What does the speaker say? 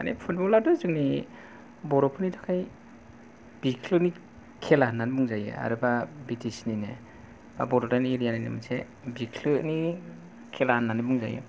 माने फुटबल आथ' जोंनि बर'फोरनि थाखाय बिख्लोनि खेला होननानै बुंजायो आरो एबा बि टि सि निनो एबा बड'लेण्ड एरिया नि मोनसे बिख्लोनि खेला होननानै बुंजायो